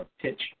pitch